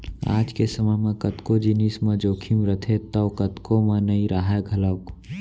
आज के समे म कतको जिनिस म जोखिम रथे तौ कतको म नइ राहय घलौक